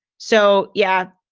so, yeah,